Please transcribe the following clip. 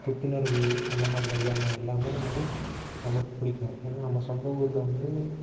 புத்துணர்வு அந்தமாரி வகையான எல்லாம் வந்து நமக்கு பிடிக்கும் ஏன்னா நம்ம சொந்த ஊரில் வந்து